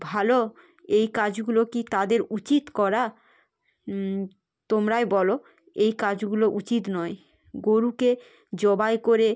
ভালো এই কাজগুলো কি তাদের উচিত করা তোমরাই বলো এই কাজগুলো উচিত নয় গোরুকে জবাই করে